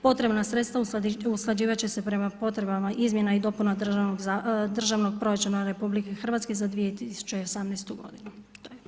Potrebna sredstva usklađivati će se prema potrebama izmjena i dopuna državnog proračuna RH za 2018. godinu.